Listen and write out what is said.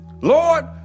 Lord